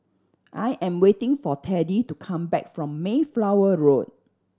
I am waiting for Teddie to come back from Mayflower Road